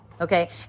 Okay